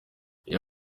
ibyo